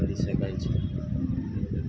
કરી શકાય છે